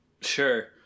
Sure